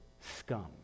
scum